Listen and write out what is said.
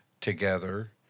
together